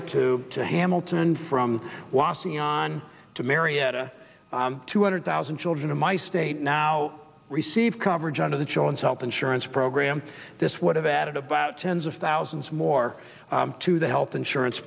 beulah to to hamilton from wasi on to marietta two hundred thousand children in my state now receive coverage under the children's health insurance program this would have added about tens of thousands more to the health insurance